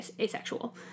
asexual